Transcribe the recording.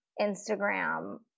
Instagram